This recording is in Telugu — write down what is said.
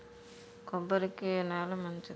కొబ్బరి కి ఏ నేల మంచిది?